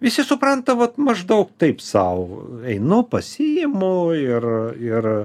visi supranta vat maždaug taip sau einu pasiimu ir ir